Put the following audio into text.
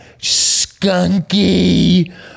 skunky